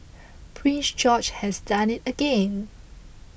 Prince George has done it again